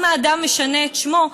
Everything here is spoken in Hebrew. אם האדם משנה את שמו,